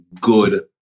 good